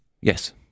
Yes